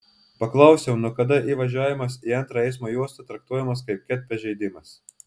paklausiau nuo kada įvažiavimas į antrą eismo juostą traktuojamas kaip ket pažeidimas